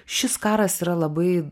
šis karas yra labai